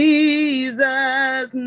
Jesus